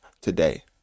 today